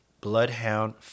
bloodhound